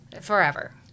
Forever